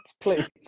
please